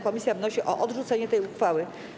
Komisja wnosi o odrzucenie tej uchwały.